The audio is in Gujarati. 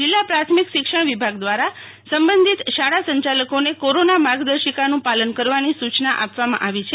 જિલ્લા પ્રાથમિક શિક્ષણ વિભાગ દ્વારા સંબંધિત શાળા સંચાલકોને કોરોના માર્ગદર્શિકાનું પાલન કરવાની સૂચના આપવામાં આવી છે